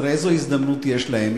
הרי איזו הזדמנות יש להם?